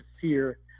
fear